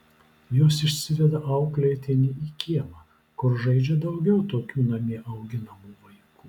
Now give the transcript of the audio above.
jos išsiveda auklėtinį į kiemą kur žaidžia daugiau tokių namie auginamų vaikų